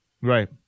Right